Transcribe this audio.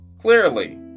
Clearly